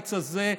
בקיץ הזה,